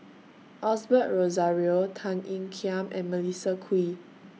Osbert Rozario Tan Ean Kiam and Melissa Kwee